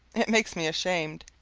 it makes me ashamed.